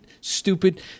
stupid